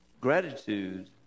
Gratitude